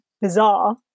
bizarre